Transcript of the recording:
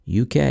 UK